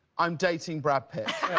i'm dating brad pitt.